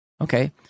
Okay